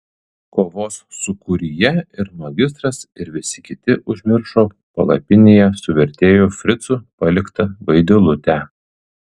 kovos sūkuryje ir magistras ir visi kiti užmiršo palapinėje su vertėju fricu paliktą vaidilutę